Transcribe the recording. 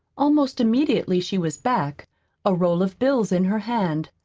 almost immediately she was back a roll of bills in her hand.